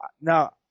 Now